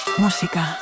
Música